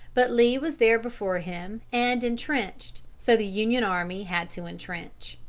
but lee was there before him and intrenched, so the union army had to intrench.